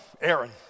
Aaron